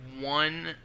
one